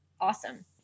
awesome